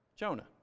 Jonah